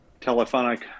telephonic